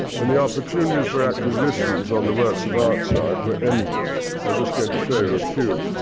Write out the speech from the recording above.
and the opportunities for acquisitions on the works of art side were endless. i'm just going to show you a few.